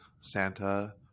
Santa